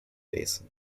basin